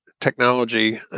Technology